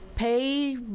pay